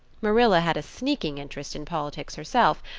marilla had a sneaking interest in politics herself,